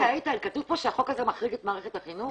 איתן, כתוב פה שהחוק הזה מחריג את מערכת החינוך?